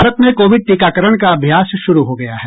भारत में कोविड टीकाकरण का अभ्यास शुरू हो गया है